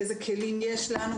איזה כלים יש לנו